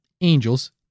angels